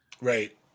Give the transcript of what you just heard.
right